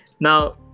now